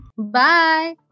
Bye